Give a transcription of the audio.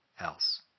else